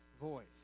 voice